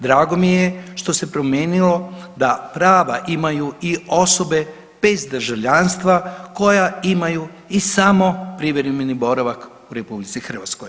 Drago mi je što se promijenilo da prava imaju i osobe bez državljanstva koja imaju i samo privremeni boravak u RH.